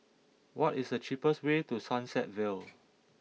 what is the cheapest way to Sunset Vale